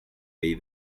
või